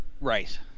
Right